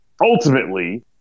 ultimately